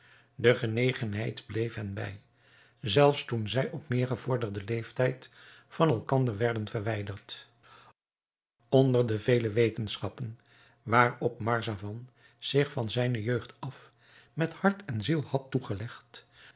die genegenheid bleef hen bij zelfs toen zij op meer gevorderden leeftijd van elkander werden verwijderd onder de vele wetenschappen waarop marzavan zich van zijne jeugd af met hart en ziel had toegelegd